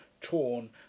torn